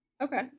Okay